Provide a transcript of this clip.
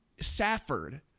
Safford